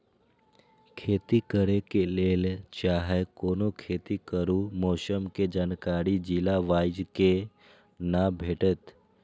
खेती करे के लेल चाहै कोनो खेती करू मौसम के जानकारी जिला वाईज के ना भेटेत?